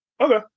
Okay